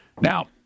Now